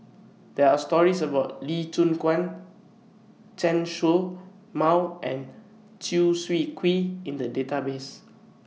There Are stories about Lee Choon Guan Chen Show Mao and Chew Swee Kee in The databases